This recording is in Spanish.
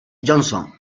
johnson